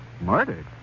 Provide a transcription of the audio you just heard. Murdered